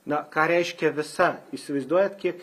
na ką reiškia visa įsivaizduojat kiek